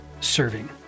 serving